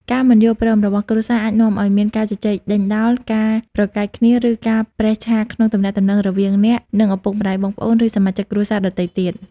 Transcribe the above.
ការមិនយល់ព្រមរបស់គ្រួសារអាចនាំឲ្យមានការជជែកដេញដោល ការប្រកែកគ្នា ឬការប្រេះឆាក្នុងទំនាក់ទំនងរវាងអ្នក និងឪពុកម្តាយ បងប្អូន ឬសមាជិកគ្រួសារដទៃទៀត។